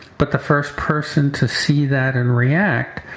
but the first person to see that and react,